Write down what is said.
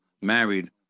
married